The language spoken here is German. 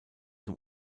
zum